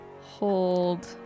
hold